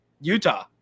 Utah